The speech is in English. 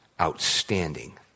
outstanding